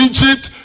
Egypt